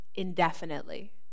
Indefinitely